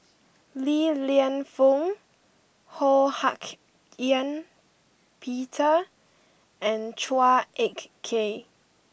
Li Lienfung Ho Hak Ean Peter and Chua Ek Kay